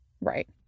right